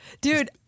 Dude